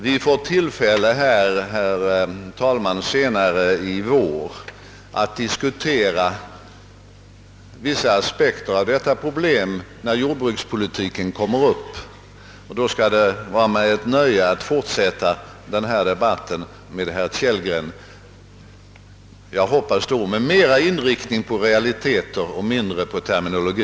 Vi får, herr talman, senare i vår tillfälle att diskutera vissa aspekter av detta problem, när jordbrukspolitiken skall behandlas, och då skall det vara mig ett nöje att fortsätta denna debatt med herr Kellgren — jag hoppas då med inriktning mera på realiteter och mindre på terminologi.